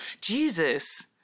Jesus